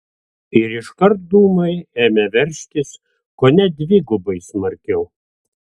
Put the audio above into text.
ir iškart dūmai ėmė veržtis kone dvigubai smarkiau